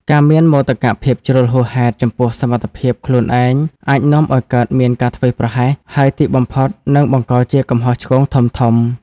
ការមានមោទកភាពជ្រុលហួសហេតុចំពោះសមត្ថភាពខ្លួនឯងអាចនាំឱ្យកើតមានការធ្វេសប្រហែស ហើយទីបំផុតនឹងបង្កជាកំហុសឆ្គងធំៗ។